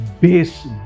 Base